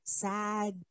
sad